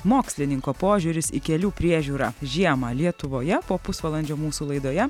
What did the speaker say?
mokslininko požiūris į kelių priežiūrą žiemą lietuvoje po pusvalandžio mūsų laidoje